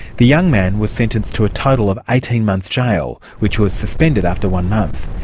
the young man was sentenced to a total of eighteen months jail, which was suspended after one month.